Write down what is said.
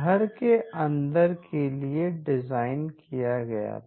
घर के अंदर के लिए डिज़ाइन किया गया था